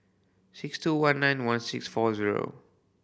six two one nine one six four zero